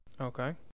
Okay